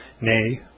nay